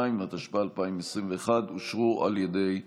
32), התשפ"א 2021, אושרו על ידי המליאה.